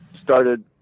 started